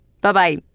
Bye-bye